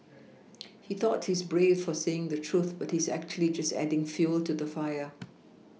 he thought he's brave for saying the truth but he's actually just adding fuel to the fire